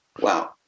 wow